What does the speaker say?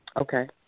Okay